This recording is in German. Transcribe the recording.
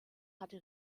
hatte